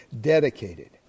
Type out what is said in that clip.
dedicated